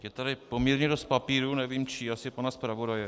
Je tady poměrně dost papírů, nevím čích asi pana zpravodaje.